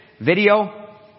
video